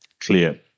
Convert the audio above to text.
clear